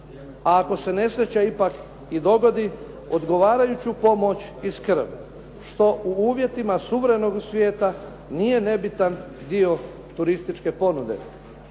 a ako se nesreća ipak i dogodi, odgovarajuću pomoć i skrb, što u uvjetima suvremenog svijeta nije nebitan dio turističke ponude.